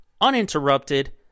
uninterrupted